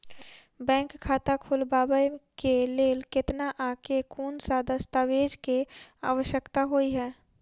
Bank खाता खोलबाबै केँ लेल केतना आ केँ कुन सा दस्तावेज केँ आवश्यकता होइ है?